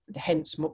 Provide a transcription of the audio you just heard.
hence